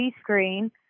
screen